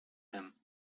him